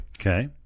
Okay